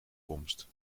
komst